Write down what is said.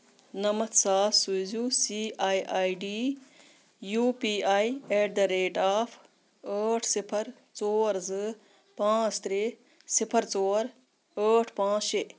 نَمَتھ ساس سوٗزیو C I I D U P I at the rate of ٲٹھ صِفر ژور زٕ پانٛژھ ترٛےٚ صِفر ژور ٲٹھ پانٛژھ شےٚ